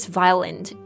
violent